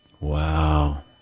Wow